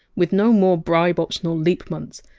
with no more bribe-optional leap months,